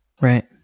Right